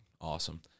awesome